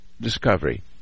discovery